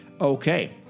Okay